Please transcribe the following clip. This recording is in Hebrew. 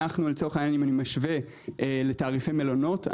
אם אני משווה לתעריפי מלונות,